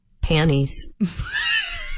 Panties